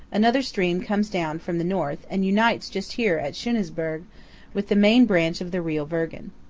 another stream comes down from the north and unites just here at schunesburg with the main branch of the rio virgen.